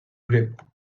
grip